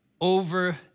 over